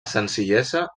senzillesa